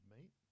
Meat